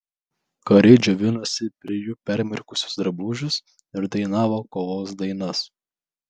kariai džiovinosi prie jų permirkusius drabužius ir dainavo kovos dainas